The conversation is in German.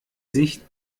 sich